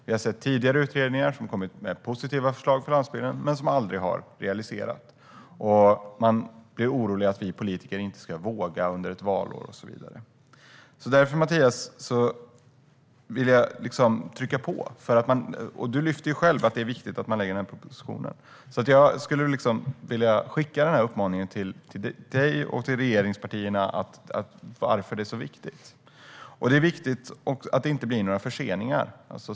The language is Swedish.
Vi har sett tidigare utredningar som kommit med positiva förslag för landsbygden men som aldrig har realiserats. Man blir orolig för att vi politiker inte ska våga under ett valår och så vidare. Därför, Mattias, vill jag trycka på. Du framhåller ju själv att det är viktigt att man lägger fram propositionen. Jag skulle vilja skicka denna uppmaning till dig och regeringspartierna och säga att detta är viktigt. Det är viktigt att det inte blir några förseningar.